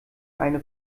eine